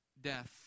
death